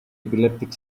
epileptic